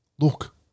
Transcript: Look